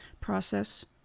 process